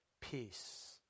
peace